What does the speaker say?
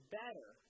better